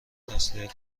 تسلیت